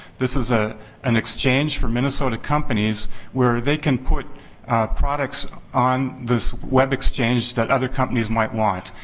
this is ah an exchange for minnesota companies where they can put products on this web exchange that other companies might want.